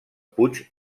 puig